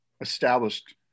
established